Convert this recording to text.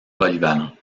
polyvalent